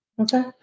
Okay